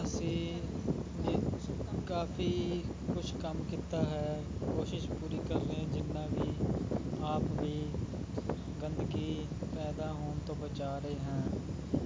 ਅਸੀਂ ਵਿੱਚ ਕਾਫੀ ਕੁਛ ਕੰਮ ਕੀਤਾ ਹੈ ਕੋਸ਼ਿਸ਼ ਪੂਰੀ ਕਰਨੇ ਜਿਤਨਾ ਵੀ ਆਪ ਵੀ ਗੰਦਗੀ ਪੈਦਾ ਹੋਣ ਤੋਂ ਬਚਾ ਰਹੇ ਹਾਂ